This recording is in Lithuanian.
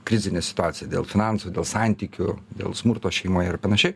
krizinę situaciją dėl finansų dėl santykių dėl smurto šeimoje ir panašiai